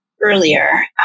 earlier